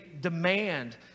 demand